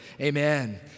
Amen